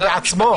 הוא בעצמו,